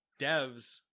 devs